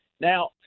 Now